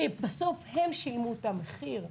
שבסוף היא זו ששילמה את המחיר.